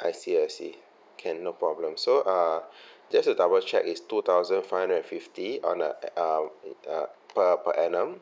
I see I see can no problem so uh just to double check it's two thousand five hundred and fifty on the uh uh per per annum